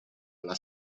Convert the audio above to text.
alla